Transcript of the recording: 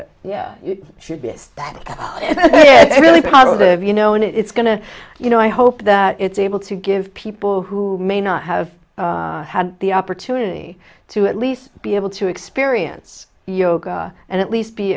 it yeah it should be a step really part of the you know and it's going to you know i hope that it's able to give people who may not have had the opportunity to at least be able to experience yoga and at least be